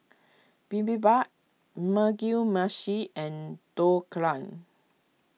Bibimbap Mugi Meshi and Dhokla